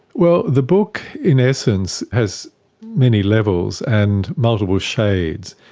well, the book in essence has many levels and multiple shades.